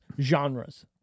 genres